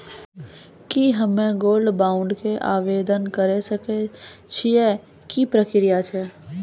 की हम्मय gold bond के आवदेन करे सकय छियै, की प्रक्रिया छै?